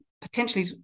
potentially